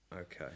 Okay